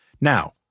Now